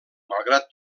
malgrat